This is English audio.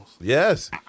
Yes